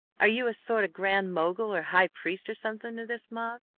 are you a sort of grand mogul or high priest or something to this mob?